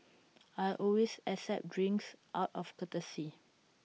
I always accept the drinks out of courtesy